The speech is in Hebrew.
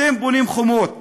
אתם בונים חומות